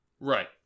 Right